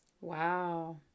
Wow